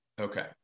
Okay